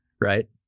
right